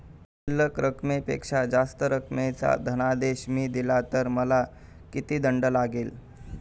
शिल्लक रकमेपेक्षा जास्त रकमेचा धनादेश मी दिला तर मला किती दंड लागेल?